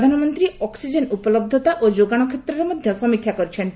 ପ୍ରଧାନମନ୍ତ୍ରୀ ଅକ୍ସିଜେନ ଉପଲବ୍ଧତା ଓ ଯୋଗାଣ କ୍ଷେତ୍ରରେ ମଧ୍ୟ ସମୀକ୍ଷା କରିଛନ୍ତି